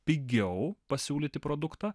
pigiau pasiūlyti produktą